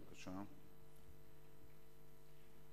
באמת תשדר מסר כלשהו חוץ מאשר ייאוש כלפי הגורמים